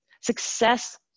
success